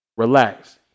Relax